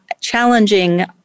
challenging